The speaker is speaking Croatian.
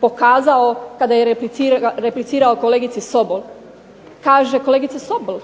pokazao kada je replicirao kolegici Sobol. Kaže kolegice Sobol,